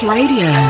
Radio